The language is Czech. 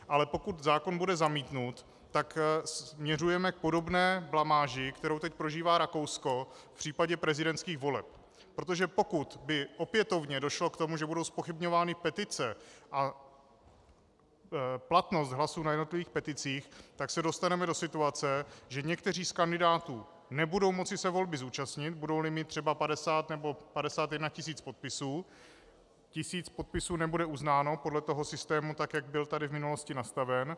Ale pokud zákon bude zamítnut, tak směřujeme k podobné blamáži, kterou teď prožívá Rakousko v případě prezidentských voleb, protože pokud by opětovně došlo k tomu, že budou zpochybňovány petice a platnost hlasů na jednotlivých peticích, tak se dostaneme do situace, že někteří z kandidátů nebudou moci se volby zúčastnit, budouli mít třeba 50 nebo 51 tisíc podpisů, tisíc podpisů z toho nebude uznáno podle toho systému, tak jak tady byl v minulosti nastaven.